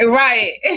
right